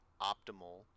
optimal